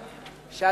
הא?